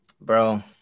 bro